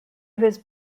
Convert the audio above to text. was